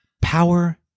power